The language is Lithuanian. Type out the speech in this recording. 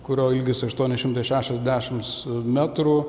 kurio ilgis aštuoni šimtai šešiasdešims metrų